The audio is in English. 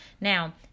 Now